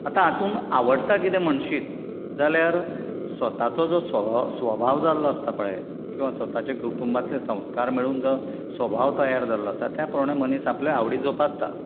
आतां हातूंत आवडटा कितें म्हणशीत जाल्यार स्वताचो जो स्वभाव स्वभाव जाल्लो आसता पळय किंवा स्वताचे कुटुंबांतले संस्कार मेळून जो स्वभाव तयार जाल्लो आसता त्या प्रमाणें मनीस आपल्या आवडी जोपासता